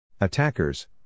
Attackers